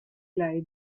lei